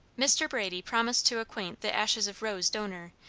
mr. brady promised to acquaint the ashes-of-rose donor,